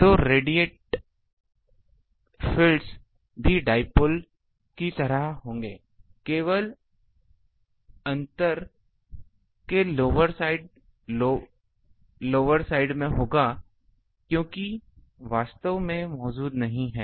तो radiate field भी dipole की तरह ही होंगे केवल अंतर के लोअर साइड में होगा क्योंकि यह वास्तव में मौजूद नहीं है